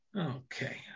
Okay